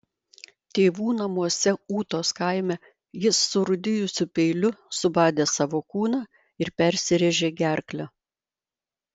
tėvų namuose ūtos kaime jis surūdijusiu peiliu subadė savo kūną ir persirėžė gerklę